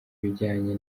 bijyanye